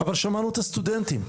אבל שמענו את הסטודנטים.